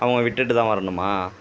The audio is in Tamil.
அவங்கள விட்டுவிட்டு தான் வரணுமா